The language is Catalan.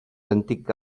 antic